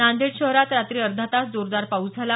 नांदेड शहरात रात्री अर्धा तास जोरदार पाऊस झाला